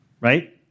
right